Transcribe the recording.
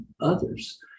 others